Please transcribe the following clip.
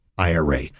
IRA